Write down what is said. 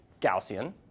Gaussian